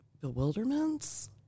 bewilderments